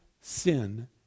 sin